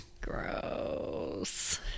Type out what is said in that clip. Gross